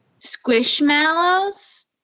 Squishmallows